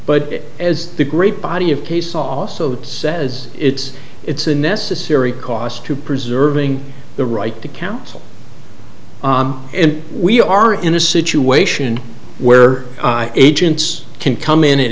but as the great body of case also says it's it's a necessary cost to preserving the right to counsel and we are in a situation where agents can come in at